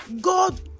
God